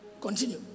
Continue